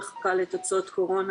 מחכה לתוצאות קורונה,